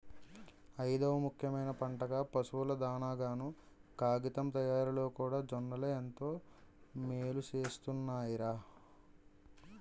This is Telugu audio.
ఐదవ ముఖ్యమైన పంటగా, పశువుల దానాగాను, కాగితం తయారిలోకూడా జొన్నలే ఎంతో మేలుసేస్తున్నాయ్ రా